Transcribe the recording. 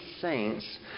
saints